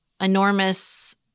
enormous